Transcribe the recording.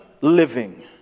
living